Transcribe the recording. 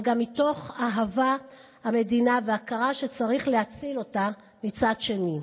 אבל גם מתוך אהבת המדינה והכרה שצריך להציל אותה מצד שני.